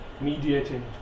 mediating